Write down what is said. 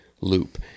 loop